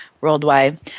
worldwide